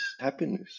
happiness